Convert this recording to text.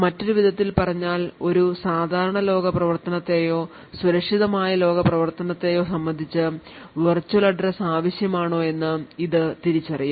മറ്റൊരു വിധത്തിൽ പറഞ്ഞാൽ ഒരു സാധാരണ ലോക പ്രവർത്തനത്തെയോ സുരക്ഷിതമായ ലോക പ്രവർത്തനത്തെയോ സംബന്ധിച്ച് വെർച്വൽ അഡ്രസ്സ് ആവശ്യമാണോ എന്ന് ഇത് തിരിച്ചറിയും